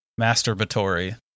masturbatory